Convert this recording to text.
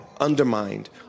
undermined